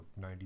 90